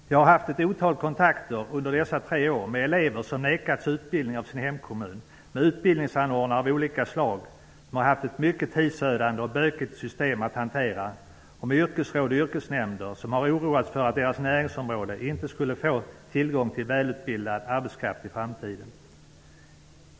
Jag har haft ett otal kontakter under dessa tre år med elever som nekats utbildning av sin hemkommun, med utbildningsanordnare av olika slag, som har haft ett mycket tidsödande och bökigt system att hantera, och med yrkesråd och yrkesnämnder som har oroats för att deras olika näringsområden inte skulle få tillgång till välutbildad arbetskraft i framtiden.